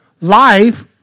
Life